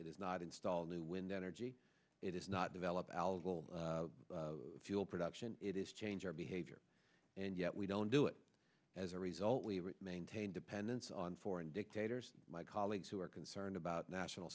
it is not install new wind energy it is not develop algal fuel production it is change our behavior and yet we don't do it as a result we would maintain dependence on foreign dictators my colleagues who are concerned about national